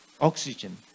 Oxygen